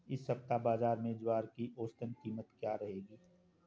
इस सप्ताह बाज़ार में ज्वार की औसतन कीमत क्या रहेगी?